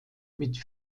mit